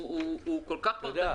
שהוא כל-כך -- אתה יודע,